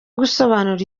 gusobanura